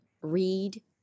read